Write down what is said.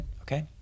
okay